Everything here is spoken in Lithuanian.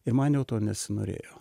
ir man jau to nesinorėjo